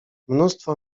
mnóstwo